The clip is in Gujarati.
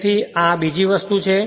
તેથી આ બીજી વસ્તુ છે